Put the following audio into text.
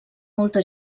molta